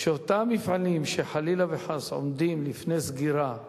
שאותם מפעלים שחלילה וחס עומדים לפני סגירה,